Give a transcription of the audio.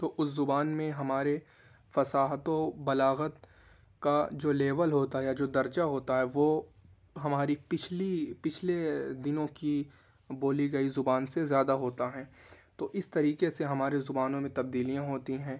تو اس زبان میں ہمارے فصاحت و بلاغت کا جو لیول ہوتا ہے یا جو درجہ ہوتا ہے وہ ہماری پچھلی پچھلے دنوں کی بولی گئی زبان سے زیادہ ہوتا ہے تو اس طریقے سے ہمارے زبانوں میں تبدیلیاں ہوتی ہیں